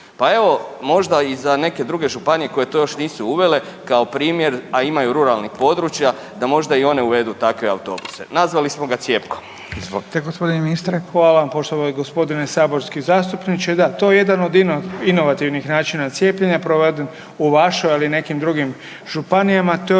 Pa evo možda i za neke druge županije koje to još nisu uvele kao primjer, a imaju ruralnih područja da možda i one uvedu takve autobuse, nazvali smo ga cjepko. **Radin, Furio (Nezavisni)** Izvolite gospodine ministre. **Beroš, Vili (HDZ)** Hvala vam poštovani gospodine saborski zastupniče, da to je jedan od inovativnih načina cijepljenja proveden u vašoj ali i nekim drugim županijama.